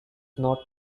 not